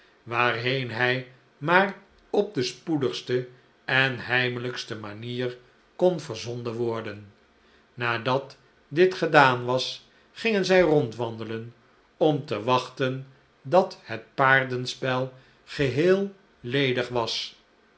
waarheen hij maar op de spoedigste en heimelijkste manier kon verzonden worden nadat dit gedaan was gingen zij rondwandelen om te wachten dat het paardenspel geheel ledig was